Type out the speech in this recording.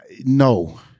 no